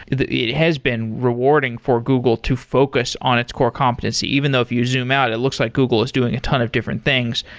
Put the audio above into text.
it has been rewarding for google to focus on its core competency. even though if you zoom out, it looks like google is doing a ton of different things.